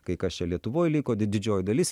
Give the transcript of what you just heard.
kai kas čia lietuvoj liko di didžioji dalis